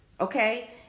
okay